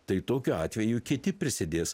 tai tokiu atveju kiti prisidės